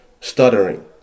stuttering